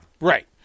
Right